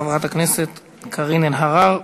חברת הכנסת קארין אלהרר,